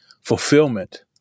fulfillment